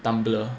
tumbler